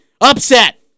Upset